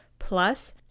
Plus